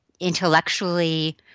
Intellectually